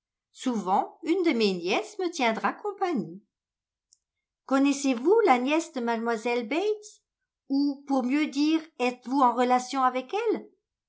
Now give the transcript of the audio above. souvent une de mes nièces me tiendra compagnie connaissez-vous la nièce de mlle bates ou pour mieux dire êtes-vous en relation avec elle